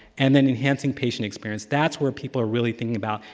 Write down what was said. and then enhancing patient experience. that's where people are really thinking about,